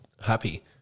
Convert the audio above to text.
happy